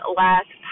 last